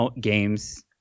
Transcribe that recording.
games